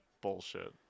bullshit